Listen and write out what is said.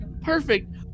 perfect